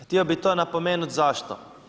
Htio bih to napomenuti zašto?